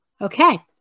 Okay